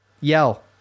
Yell